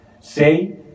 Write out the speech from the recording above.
Say